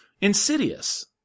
Insidious